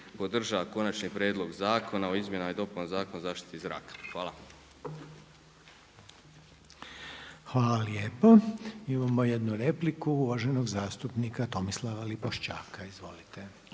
podržava Konačni prijedlog Zakona o izmjenama i dopunama Zakona o zaštiti zraka. Hvala. **Reiner, Željko (HDZ)** Hvala lijepo. Imamo jednu repliku uvaženog zastupnika Tomislava Lipošćaka. Izvolite.